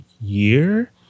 year